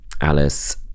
Alice